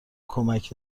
کمک